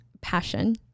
passion